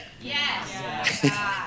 Yes